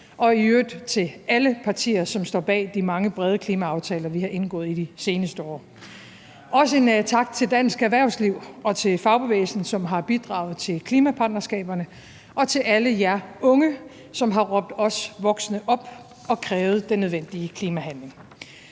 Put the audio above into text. og i øvrigt til alle partier, som står bag de mange brede klimaaftaler, vi har indgået i de seneste år, og også en tak til dansk erhvervsliv og til fagbevægelsen, som har bidraget til klimapartnerskaberne, og til alle jer unge, som har råbt os voksne op og krævet den nødvendige klimahandling.